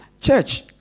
Church